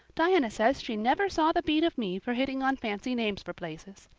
diana says she never saw the beat of me for hitting on fancy names for places.